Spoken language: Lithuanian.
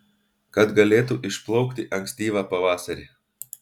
kad galėtų išplaukti ankstyvą pavasarį